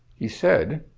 he said,